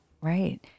right